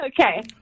Okay